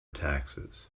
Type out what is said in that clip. taxes